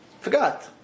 forgot